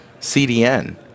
CDN